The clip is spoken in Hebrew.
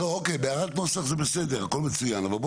בואו נעשה את זה קצר וזריז.